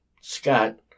Scott